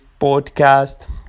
podcast